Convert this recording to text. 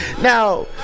Now